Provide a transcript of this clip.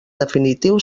definitiu